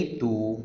two